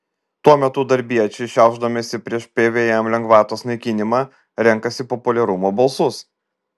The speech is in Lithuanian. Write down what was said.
tuo metu darbiečiai šiaušdamiesi prieš pvm lengvatos naikinimą renkasi populiarumo balsus